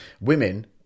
Women